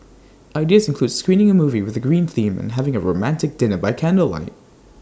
ideas include screening A movie with A green theme and having A romantic dinner by candlelight